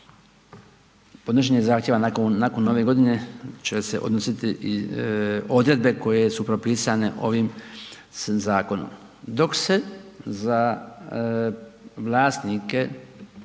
podnošenje zahtjeva nakon Nove Godine će se odnositi i odredbe koje su propisane ovim zakonom, dok se za vlasnike